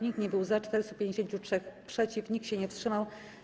Nikt nie był za, 453 - przeciw, nikt się nie wstrzymał.